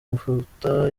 mufata